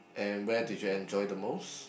and where did you enjoy the most